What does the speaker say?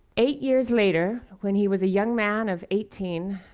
eight years later, when he was a young man of eighteen,